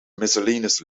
miscellaneous